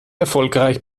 erfolgreich